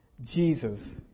Jesus